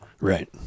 right